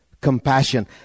compassion